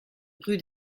rue